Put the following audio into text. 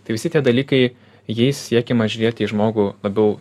tai visi tie dalykai jais siekiama žiūrėti į žmogų labiau